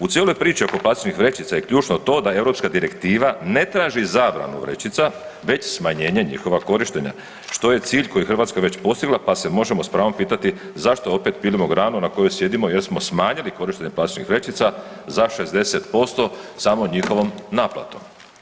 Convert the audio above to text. U cijeloj priči oko plastičnih vrećica je ključno to da europska direktiva ne traži zabranu vrećica već smanjenje njihova korištenja, što je cilj koji je Hrvatska već postigla, pa se možemo s pravom pitati zašto opet pilimo granu na kojoj sjedimo jer smo smanjili korištenje plastičnih vrećica za 60% samo njihovom naplatom.